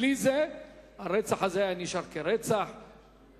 בלי זה הרצח הזה היה נשאר כרצח לא מפוענח,